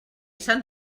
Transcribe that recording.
sant